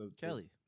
Kelly